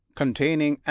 containing